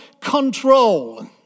control